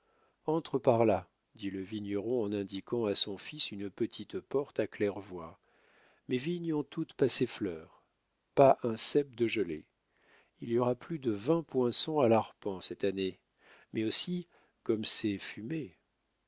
entre par là dit le vigneron en indiquant à son fils une petite porte à claire-voie mes vignes ont toutes passé fleur pas un cep de gelé il y aura plus de vingt poinçons à l'arpent cette année mais aussi comme c'est fumé